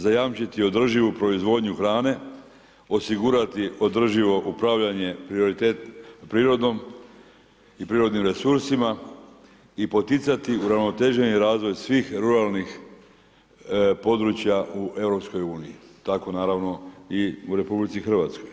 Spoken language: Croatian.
Zajamčiti održivu proizvodnju hrane, osigurati održivo upravljanje prirodom i prirodnim resursima i poticati uravnoteženi razvoj svih ruralnih područja u EU-u, tako naravno i u RH.